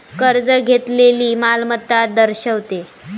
कर्ज घेतलेली मालमत्ता दर्शवते